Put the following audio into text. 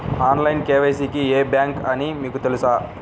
Online KYC కి ఏ bank అని మీకు తెలుసా?